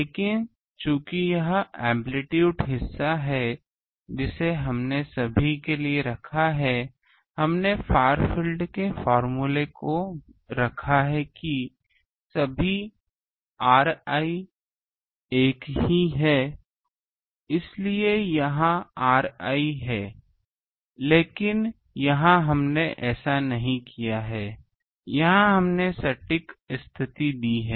लेकिन चूंकि यह एम्पलीटूड हिस्सा है जिसे हमने सभी के लिए रखा है हमने फार फील्ड के फार्मूले को रखा है कि सभी ri एक ही हैं इसीलिए यहाँ ri है लेकिन यहाँ हमने ऐसा नहीं किया है यहाँ हमने सटीक स्थिति दी है